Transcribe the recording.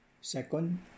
Second